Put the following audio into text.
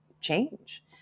change